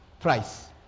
price